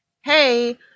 hey